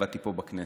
עבדתי פה בכנסת,